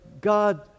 God